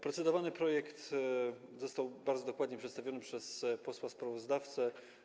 Procedowany projekt został bardzo dokładnie przedstawiony przez posła sprawozdawcę.